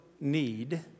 need